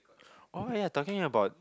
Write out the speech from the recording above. oh ya talking about